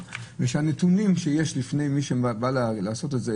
ושהנתונים שיש לפני מי שבא לעשות את זה,